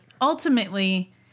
ultimately